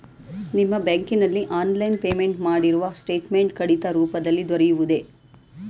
ನಿಮ್ಮ ಬ್ಯಾಂಕಿನಲ್ಲಿ online payment ಮಾಡಿರುವ ಸ್ಟೇಟ್ಮೆಂಟ್ ಕಡತ ರೂಪದಲ್ಲಿ ದೊರೆಯುವುದೇ?